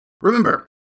Remember